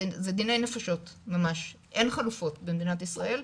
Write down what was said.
זה דיני נפשות ממש, אין חלופות במדינת ישראל,